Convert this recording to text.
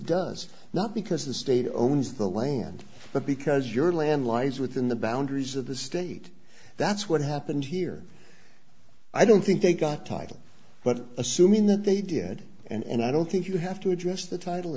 does not because the state owns the land but because your land lies within the boundaries of the state that's what happened here i don't think they got title but assuming that they did and i don't think you have to address the title